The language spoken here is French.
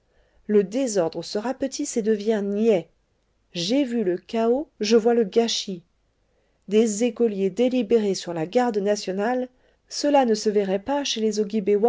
le désordre se rapetisse et devient niais j'ai vu le chaos je vois le gâchis des écoliers délibérer sur la garde nationale cela ne se verrait pas chez les